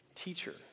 teacher